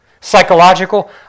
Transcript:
Psychological